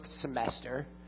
semester